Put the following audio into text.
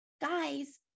Guys